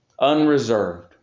Unreserved